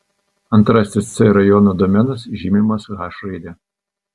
antrasis c rajono domenas žymimas h raide